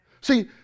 See